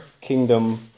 kingdom